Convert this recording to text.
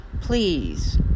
Please